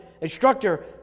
instructor